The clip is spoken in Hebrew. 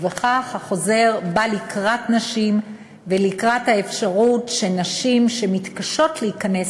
ובכך החוזר בא לקראת נשים ולקראת האפשרות שנשים שמתקשות להיכנס